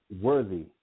worthy